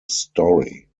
story